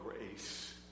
grace